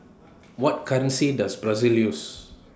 What currency Does Brazil use